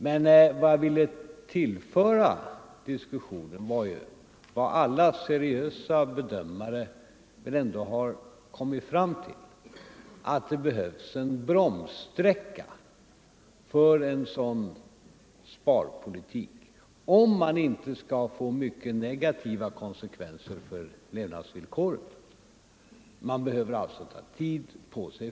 Men vad jag ville tillföra diskussionen var vad alla seriösa bedömare väl ändå har kommit fram till, nämligen att det behövs en bromssträcka för en sådan sparpolitik om den inte skall få mycket negativa konsekvenser för levnadsvillkoren. Man behöver alltså ta tid på sig.